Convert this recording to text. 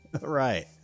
Right